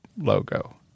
logo